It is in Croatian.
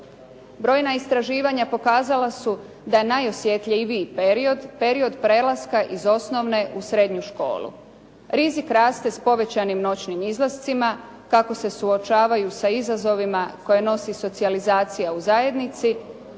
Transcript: Brojna istraživanja pokazala su da je najosjetljiviji period period prelaska iz osnovne u srednju školu. Rizik raste s povećanim noćnim izlascima, kako se suočavaju s izazovima koje nosi socijalizacija u zajednici